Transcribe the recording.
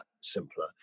simpler